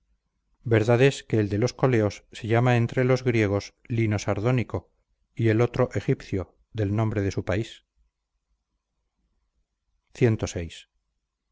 verdad es que el de coleos se llama entro los griegos lino sardónico y el otro egipcio del nombre de su país